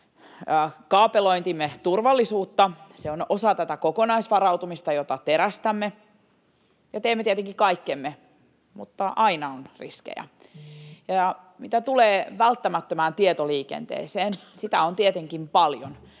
kaapelointimme turvallisuutta. Se on osa tätä kokonaisvarautumista, jota terästämme ja jossa teemme tietenkin kaikkemme, mutta aina on riskejä. Mitä tulee välttämättömään tietoliikenteeseen, sitä on tietenkin paljon.